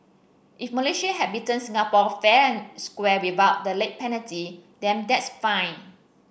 if Malaysia had beaten Singapore fair and square without the late penalty then that's fine